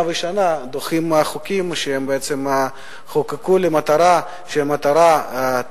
ושנה אנחנו דוחים חוקים שבעצם חוקקו למטרה טובה,